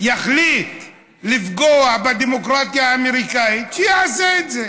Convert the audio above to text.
יחליט לפגוע בדמוקרטיה האמריקנית, שיעשה את זה,